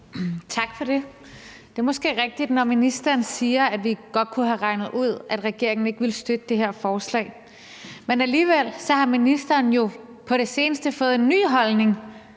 Tak for det. Det er måske rigtigt, når ministeren siger, at vi godt kunne have regnet ud, at regeringen ikke ville støtte det her forslag. Men alligevel har ministeren jo på det seneste fået en ny holdning